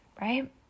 right